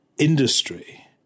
industry